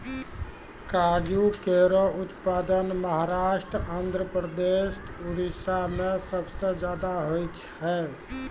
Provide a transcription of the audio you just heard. काजू केरो उत्पादन महाराष्ट्र, आंध्रप्रदेश, उड़ीसा में सबसे जादा होय छै